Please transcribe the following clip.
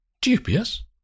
Dubious